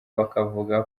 bakavuga